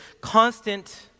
constant